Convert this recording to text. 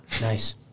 Nice